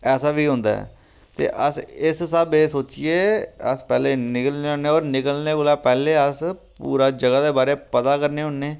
ऐसा बी होंदा ऐ ते अस इस स्हाबै एह् सोचियै अस पैह्लै निकलने होन्ने होर निकलने कोला पैह्लें अस पूरा जगह् दे बारे पता करने होन्ने